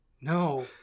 no